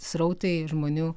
srautai žmonių